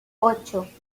ocho